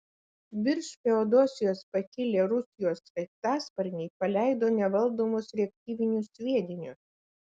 virš feodosijos pakilę rusijos sraigtasparniai paleido nevaldomus reaktyvinius sviedinius